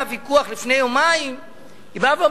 הזה.